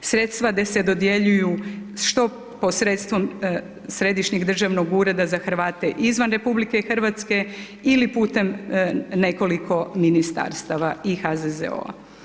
Sredstva se dodjeljuju što posredstvom Središnjeg državnog ureda za Hrvate izvan RH ili putem nekoliko ministarstava i HZZO-a.